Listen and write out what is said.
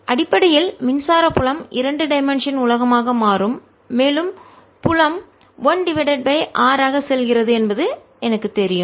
அடிப்படையில் மின்சார புலம் இரண்டு டைமென்ஷன் இரு பரிமாண உலகமாக மாறும் மேலும் புலம் 1 டிவைடட் பை ஆர் ஆக செல்கிறது என்பது எனக்குத் தெரியும்